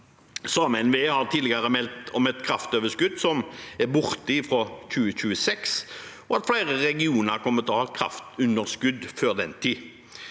Samme NVE har tidligere meldt om et kraftoverskudd som er borte fra 2026, og at flere regioner kommer til å ha kraftunderskudd før den tid.